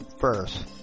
first